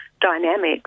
dynamics